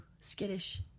skittish